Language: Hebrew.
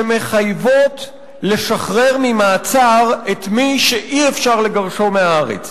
שמחייבות לשחרר ממעצר את מי שאי-אפשר לגרשו מהארץ.